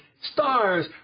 stars